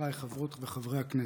חבריי חברות וחברות הכנסת,